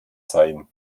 seien